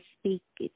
speak